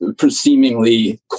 seemingly